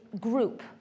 group